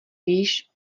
víš